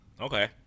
Okay